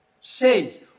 say